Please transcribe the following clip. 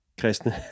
kristne